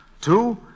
Two